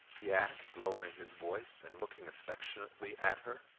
he asked, lowering his voice, and looking affectionately at her.